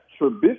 Trubisky